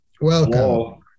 Welcome